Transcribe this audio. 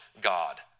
God